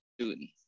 student